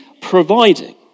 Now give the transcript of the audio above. providing